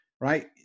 right